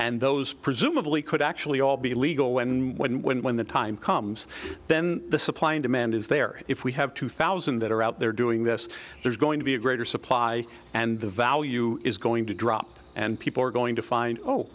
and those presumably could actually all be legal when when when the time comes then the supply and demand is there if we have two thousand that are out there doing this there's going to be a greater supply and the value is going to drop and people are going to find oh